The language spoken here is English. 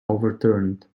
overturned